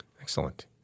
Excellent